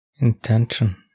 intention